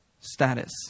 status